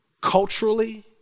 culturally